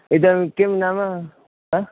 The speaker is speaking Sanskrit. इदं किं नाम अ